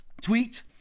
tweet